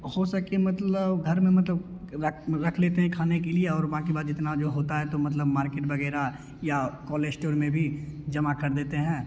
हो सके मतलब घर में मतलब रख रख लेते हैं खाने के लिए और बाकी बाद जितना जो होता है तो मतलब मार्केट वगैरह या कॉल इश्टोर में भी जमा कर देते हैं